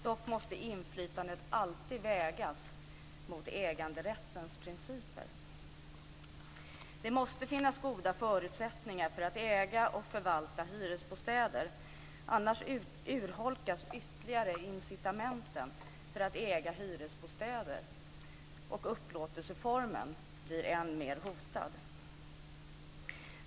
Dock måste inflytandet alltid vägas mot äganderättens principer. Det måste finnas goda förutsättningar för att äga och förvalta hyresbostäder, för annars urholkas ytterligare incitamenten för att äga hyresbostäder och upplåtelseformen blir än mer hotad.